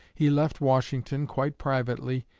he left washington, quite privately,